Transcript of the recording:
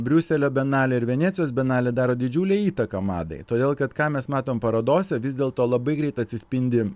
briuselio bienalė ir venecijos bienalė daro didžiulę įtaką madai todėl kad ką mes matom parodose vis dėlto labai greit atsispindi